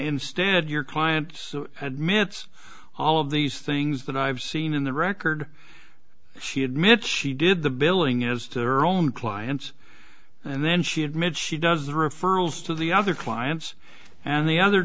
instead your clients admits all of these things that i've seen in the record she admits she did the billing is to their own clients and then she admits she does the referrals to the other clients and the other